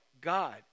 God